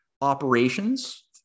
operations